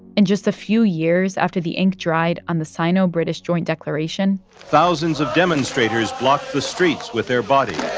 and just a few years after the ink dried on the sino-british joint declaration. thousands of demonstrators blocked the streets with their bodies.